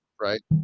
right